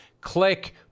Click